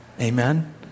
Amen